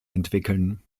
entwickeln